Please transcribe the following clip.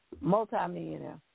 Multi-millionaire